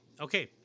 okay